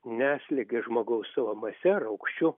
neslėgia žmogaus savo mase ar aukščiu